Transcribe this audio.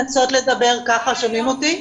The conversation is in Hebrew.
בבקשה.